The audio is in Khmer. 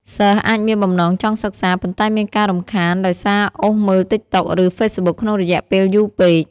សិស្សអាចមានបំណងចង់សិក្សា ប៉ុន្តែមានការរំខានដោយសារអូសមើល Tiktok ឬ facebook ក្នុងរយៈពេលយូរពេក។